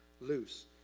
loose